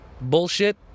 bullshit